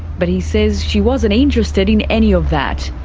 but he says she wasn't interested in any of that.